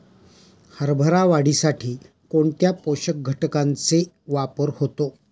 हरभरा वाढीसाठी कोणत्या पोषक घटकांचे वापर होतो?